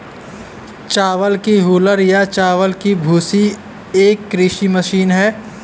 चावल की हूलर या चावल की भूसी एक कृषि मशीन है